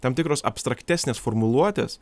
tam tikros abstraktesnės formuluotės